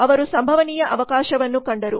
ಅವರು ಸಂಭವನೀಯ ಅವಕಾಶವನ್ನು ಕಂಡರು